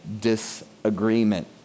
disagreement